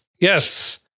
Yes